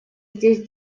здесь